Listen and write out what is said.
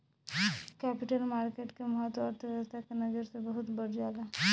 capital market के महत्त्व अर्थव्यस्था के नजर से बहुत बढ़ जाला